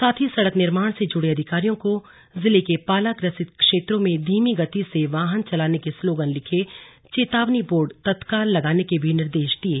साथ ही सड़क निर्माण से जुड़े अधिकारियों को जिले के पालाग्रसित क्षेत्रों में धीमी गति से वाहन चलाने के स्लोगन लिखे चेतावनी बोर्ड तत्काल लगाने के भी निर्देश दिये